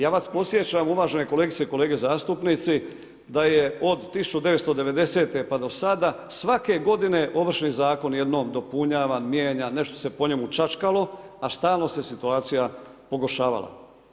Ja vas podsjećam uvažene kolegice i kolege zastupnici da je od 1990 pa do sada svake godine Ovršni zakon jednom dopunjavan, mijenjan, nešto se po njemu čačkalo a stalno se situacija pogoršavala.